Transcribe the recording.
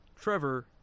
Trevor